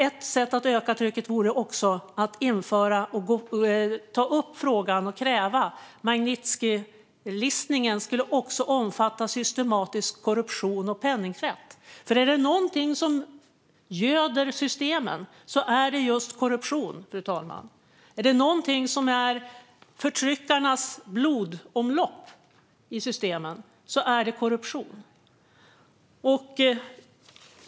Ett sätt att öka trycket vore också att ta upp frågan och kräva att Magnitskijlistningen också ska omfattas av systematisk korruption och penningtvätt, för om det är någonting som göder systemen är det just korruption, fru talman. Om det är någonting som är förtryckarnas blodomlopp i systemen är det korruption.